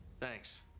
Thanks